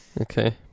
okay